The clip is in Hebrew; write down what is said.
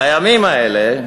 בימים האלה,